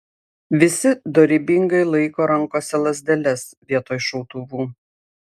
visi dorybingai laiko rankose lazdeles vietoj šautuvų